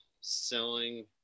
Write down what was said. selling